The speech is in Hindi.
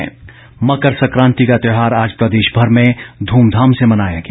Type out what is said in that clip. मकर सकांति मकर सकांति का त्यौहार आज प्रदेशभर में ध्मधाम से मनाया गया